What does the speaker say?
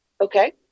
okay